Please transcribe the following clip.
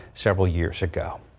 several years ago.